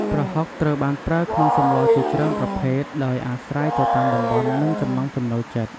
ប្រហុកត្រូវបានប្រើក្នុងសម្លជាច្រើនប្រភេទ ដោយអាស្រ័យទៅតាមតំបន់និងចំណង់ចំណូលចិត្ត។